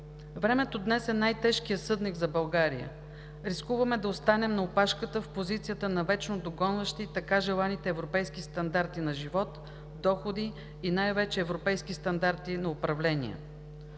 Времето днес е най-тежкият съдник за България – рискуваме да останем на опашката в позицията на вечно догонващи така желаните европейски стандарти на живот, доходите и най-вече европейските стандарти на управление.